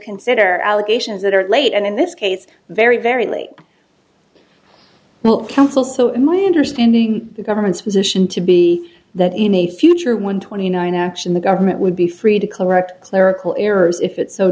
consider allegations that are late and in this case very very early well council so in my understanding the government's position to be that in a future one twenty nine action the government would be free to correct clerical errors if it so